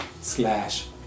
slash